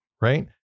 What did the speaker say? right